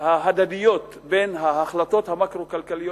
ההדדיות בין ההחלטות המקרו-כלכליות